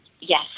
Yes